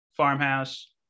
farmhouse